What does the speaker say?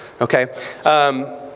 Okay